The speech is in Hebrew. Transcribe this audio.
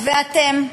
ואתם,